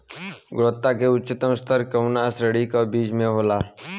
गुणवत्ता क उच्चतम स्तर कउना श्रेणी क बीज मे होला?